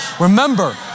Remember